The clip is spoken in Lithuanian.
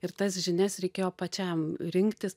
ir tas žinias reikėjo pačiam rinktis